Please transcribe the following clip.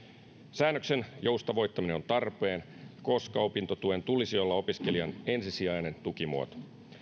säännöksen joustavoittaminen on tarpeen koska opintotuen tulisi olla opiskelijan ensisijainen tukimuoto